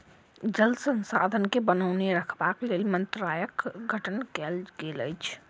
जल संसाधन के बनौने रखबाक लेल मंत्रालयक गठन कयल गेल अछि